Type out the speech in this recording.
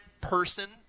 person